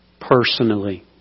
personally